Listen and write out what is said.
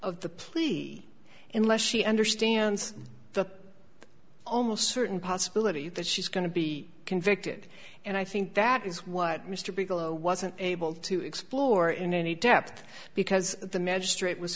of the plea and less she understands the almost certain possibility that she's going to be convicted and i think that is what mr bigelow wasn't able to explore in any depth because the